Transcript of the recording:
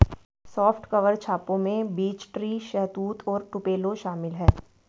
soft cover छापों में beech tree, शहतूत और टुपेलो शामिल है